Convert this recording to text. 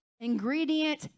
ingredient